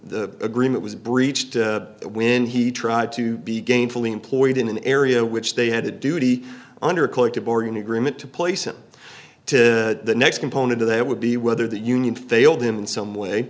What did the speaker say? o agreement was breached when he tried to be gainfully employed in an area which they had a duty under collective bargaining agreement to place him to the next component of that would be whether the union failed him in some way